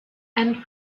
and